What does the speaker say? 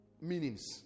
meanings